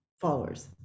followers